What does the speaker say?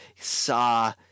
saw